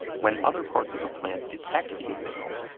when other parts of the plant detect these signals,